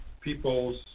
people's